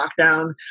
lockdown